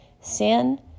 sin